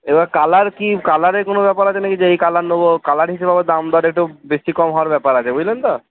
এবার কালার কি কালারে কোনো ব্যাপার আছে নাকি যে এই কালার নেব কালার হিসেবে আবার দাম দর একটু বেশী কম হওয়ার ব্যাপার আছে বুঝলেন তো